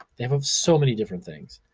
they have so many different things.